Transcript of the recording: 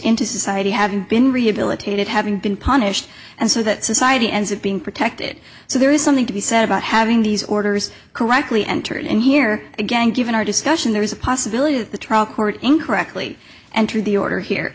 into society having been rehabilitated having been punished and so that society ends up being protected so there is something to be said about having these orders correctly entered in here again given our discussion there is a possibility that the trial court incorrectly and to the order here